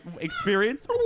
experience